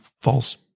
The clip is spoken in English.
false